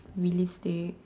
realistic